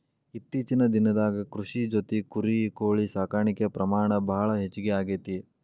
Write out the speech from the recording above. ಇತ್ತೇಚಿನ ದಿನದಾಗ ಕೃಷಿ ಜೊತಿ ಕುರಿ, ಕೋಳಿ ಸಾಕಾಣಿಕೆ ಪ್ರಮಾಣ ಭಾಳ ಹೆಚಗಿ ಆಗೆತಿ